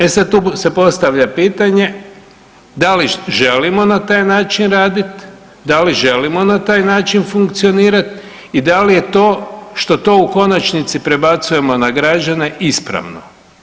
E sad tu se postavlja pitanje, da li želimo na taj način radit, da li želimo na taj način funkcionirat i da li je to što to u konačnici prebacujemo na građane ispravno?